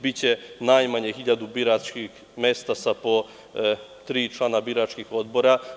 Biće najmanje 1000 biračkih mesta sa po tri člana biračkih odbora.